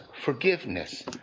forgiveness